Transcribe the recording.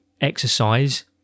exercise